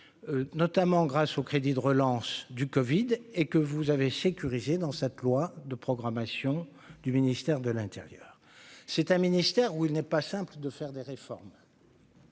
notamment grâce au crédit de relance du Covid et que vous avez sécurisé dans cette loi de programmation du ministère de l'Intérieur, c'est un ministère où il n'est pas simple de faire des réformes.